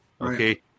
Okay